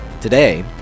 Today